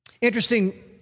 Interesting